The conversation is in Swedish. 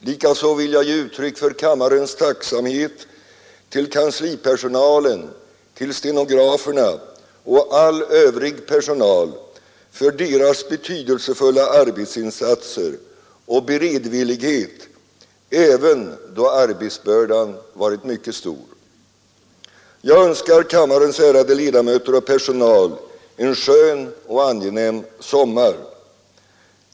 Likaså vill jag ge uttryck för kammarens tacksamhet till kanslipersonalen, stenograferna och all övrig personal för deras betydelsefulla arbetsinsatser och beredvillighet även då arbetsbördan varit mycket stor. Jag önskar kammarens ärade ledamöter och personal en skön och angenäm sommar.